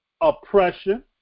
oppression